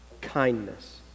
kindness